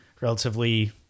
relatively